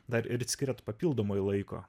dar ir skiriat papildomai laiko